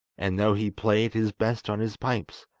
and though he played his best on his pipes,